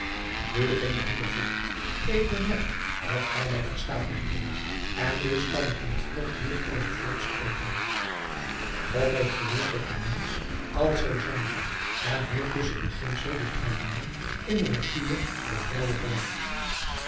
nu ging de moeder voort ik bemerk dat gij mij verstaat mijn kind en dus kan ik met vrucht hier over voort spreken god heeft gewild dat de mensch alzoo zijn zou en heeft dus het beginsel dier aandoeningen in de natuur der vrouwe gelegd